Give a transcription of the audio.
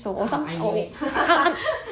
I knew it